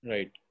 Right